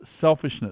selfishness